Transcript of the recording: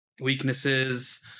weaknesses